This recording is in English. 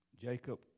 Jacob